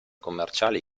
commerciali